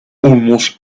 almost